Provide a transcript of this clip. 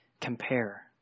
compare